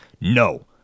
No